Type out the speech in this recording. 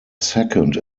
second